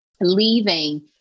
leaving